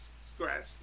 scratch